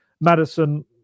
Madison